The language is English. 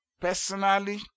personally